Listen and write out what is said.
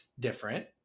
different